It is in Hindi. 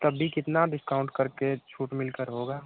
तब भी कितना डिस्काउन्ट कर के छूट मिलकर होगा